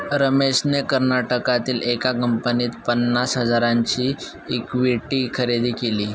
रमेशने कर्नाटकातील एका कंपनीत पन्नास हजारांची इक्विटी खरेदी केली